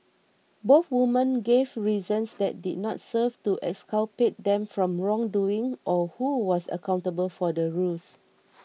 both women gave reasons that did not serve to exculpate them from wrongdoing or who was accountable for the ruse